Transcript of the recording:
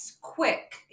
quick